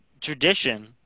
tradition